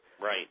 Right